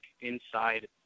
inside